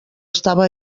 estava